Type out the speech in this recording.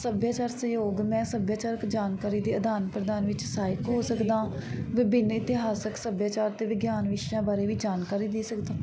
ਸੱਭਿਆਚਾਰ ਸਹਿਯੋਗ ਮੈਂ ਸੱਭਿਆਚਾਰਕ ਜਾਣਕਾਰੀ ਦੇ ਅਦਾਨ ਪ੍ਰਦਾਨ ਵਿੱਚ ਸਹਾਇਕ ਹੋ ਸਕਦਾ ਹਾਂ ਵਿਭਿੰਨ ਇਤਿਹਾਸਿਕ ਸੱਭਿਆਚਾਰ ਅਤੇ ਵਿਗਿਆਨ ਵਿਸ਼ਿਆਂ ਬਾਰੇ ਵੀ ਜਾਣਕਾਰੀ ਦੇ ਸਕਦਾ